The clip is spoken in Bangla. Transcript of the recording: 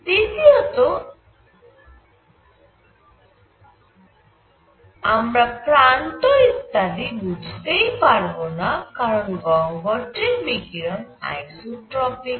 দ্বিতীয়ত আমরা প্রান্ত ইত্যাদি বুঝতেই পারবনা কারণ গহ্বরটির বিকিরণ আইসোট্রপিক